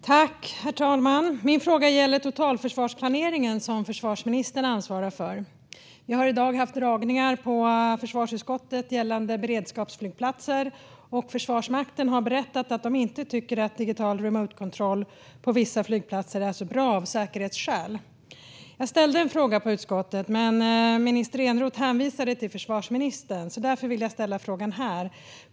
Herr talman! Min fråga gäller totalförsvarsplaneringen, som försvarsministern ansvarar för. Vi har i dag haft dragningar i försvarsutskottet gällande beredskapsflygplatser, och Försvarsmakten har berättat att de inte tycker att digital remote-kontroll på vissa flygplatser är så bra av säkerhetsskäl. Jag ställde en fråga i utskottet, men minister Eneroth hänvisade till försvarsministern. Därför vill jag ställa frågan här.